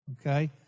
okay